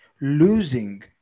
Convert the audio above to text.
losing